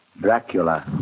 Dracula